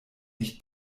nicht